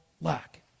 lack